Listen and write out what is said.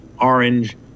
orange